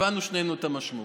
הבנו שנינו את המשמעות.